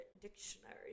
Dictionary